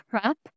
prep